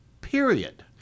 period